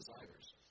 desires